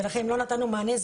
ולכן לא נתנו מענה.